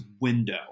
window